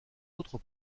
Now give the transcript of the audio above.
autre